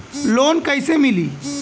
Loan कइसे मिलि?